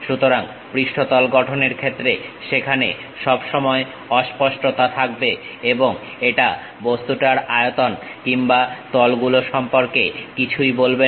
সুতরাং পৃষ্ঠতল গঠনের ক্ষেত্রে সেখানে সব সময় অস্পষ্টতা থাকবে এবং এটা বস্তুটার আয়তন কিংবা তলগুলো সম্পর্কে কিছুই বলবে না